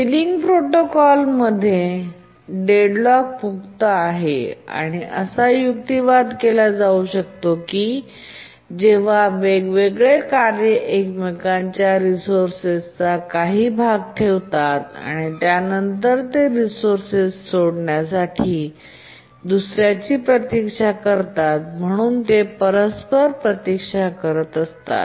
ceiling protocol deadlock मुक्त आहे आणि असा युक्तिवाद केला जाऊ शकतो की जेव्हा वेगवेगळे कार्ये एकमेकांच्या रिसोर्सचा काही भाग ठेवतात आणि नंतर ते रिसोर्सस सोडण्यासाठी दुसर्याची प्रतीक्षा करतात आणि म्हणून ते परस्पर प्रतीक्षा करत असतात